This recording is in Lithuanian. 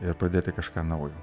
ir pradėti kažką naujo